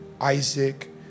Isaac